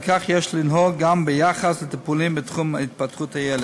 וכך יש לנהוג גם ביחס לטיפולים בתחום התפתחות הילד.